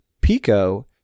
Pico